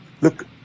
Look